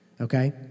okay